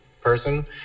person